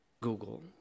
Google